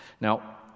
Now